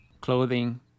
clothing